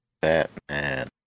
Batman